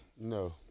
No